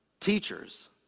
teachers